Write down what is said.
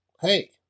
hey